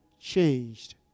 changed